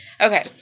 okay